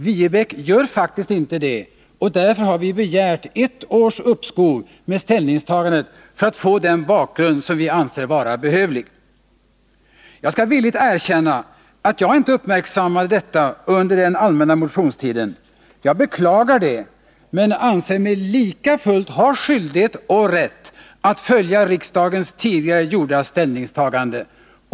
Viebäck gör faktiskt inte det, och därför har vi begärt ett års uppskov med ställningstagandet för att få den bakgrund som vi anser vara behövlig. Jag skall för det första villigt erkänna att jag inte uppmärksammade detta under den allmänna motionstiden. Jag beklagar det, men anser mig lika fullt ha skyldighet och rätt att följa riksdagens tidigare gjorda ställningstagande.